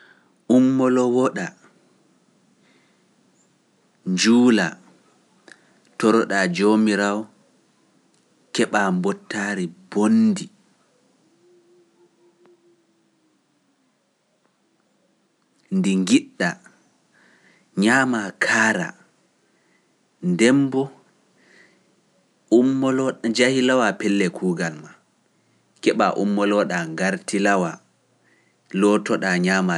Ummolowoɗa, njuula, toro ɗaa joomiraawo, keɓaa mbottaari bondi, ndi ngiɗɗa, ñaamaa kaara, dembo, ummolowoda, njahilawaa pelle kuugal maa, keɓaa ummolo ɗaa ngarti law, looto ɗaa ñaamaa.